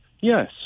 Yes